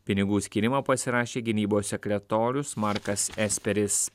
pinigų skyrimą pasirašė gynybos sekretorius markas esperis